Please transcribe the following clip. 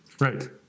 Right